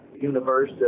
universe